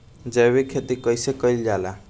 जैविक खेती कईसे कईल जाला?